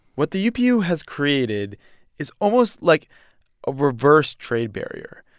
what the upu has created is almost like a reverse trade barrier.